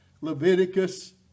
Leviticus